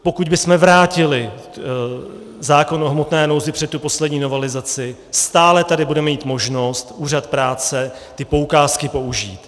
Pokud bychom vrátili zákon o hmotné nouzi před tu poslední novelizaci, stále tady bude mít možnost úřad práce poukázky použít.